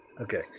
Okay